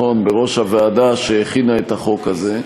בראש הוועדה שהכינה את החוק הזה,